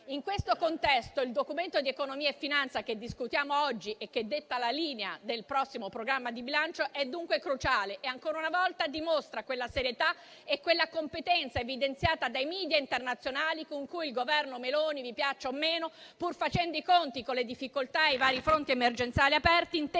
In questo contesto, il Documento di economia e finanza che discutiamo oggi e che detta la linea del prossimo programma di bilancio è dunque cruciale e ancora una volta dimostra quella serietà e quella competenza evidenziata dai media internazionali con cui il Governo Meloni - vi piaccia o meno - pur facendo i conti con le difficoltà e i vari fronti emergenziali aperti, intende